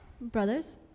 Brothers